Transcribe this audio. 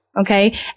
Okay